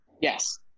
Yes